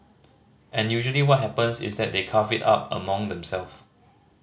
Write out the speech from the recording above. and usually what happens is that they carve it up among themselves